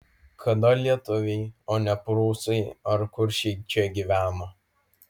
kada lietuviai o ne prūsai ar kuršiai čia gyveno